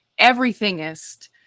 everythingist